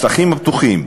השטחים הפתוחים,